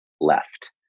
left